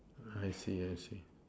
I see I see